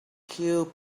cute